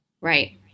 Right